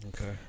Okay